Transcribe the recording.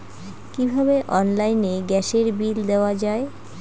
কিভাবে অনলাইনে গ্যাসের বিল দেওয়া যায়?